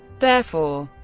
therefore,